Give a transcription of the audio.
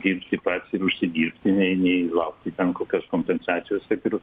dirbsi pats ir užsidirbti nei nei laukti ten kokios kompensacijos kad ir